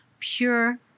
pure